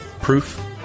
Proof